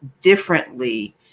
differently